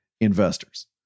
investors